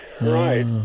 right